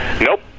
Nope